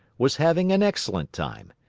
was having an excellent time.